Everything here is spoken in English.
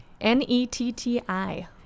n-e-t-t-i